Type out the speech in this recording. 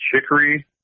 chicory